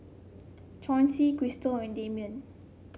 Chauncey Krystal and Damian